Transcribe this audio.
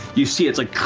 you see it's like